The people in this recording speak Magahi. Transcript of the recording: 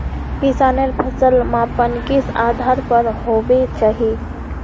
किसानेर फसल मापन किस आधार पर होबे चही?